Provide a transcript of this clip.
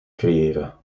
creëren